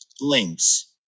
links